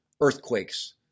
earthquakes